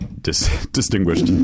Distinguished